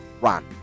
run